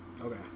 Okay